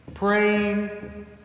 Praying